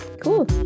cool